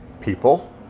people